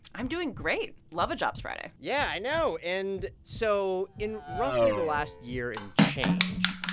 i'm doing great. love a jobs friday yeah, i know. and so in roughly the last year and change,